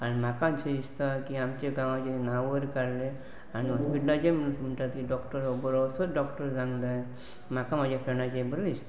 आनी म्हाका अशें दिसता की आमचे गांवाचें नांव वर काडलें आनी हॉस्पिटलाचेर म्हणटा ती डॉक्टर बरो असोच डॉक्टर जावक जाय म्हाका म्हाज्या फ्रेंडाचेर बरें दिसता